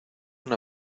una